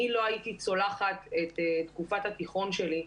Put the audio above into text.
אני לא הייתי צולחת את תקופת התיכון שלי.